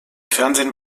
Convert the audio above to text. fernsehen